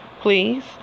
please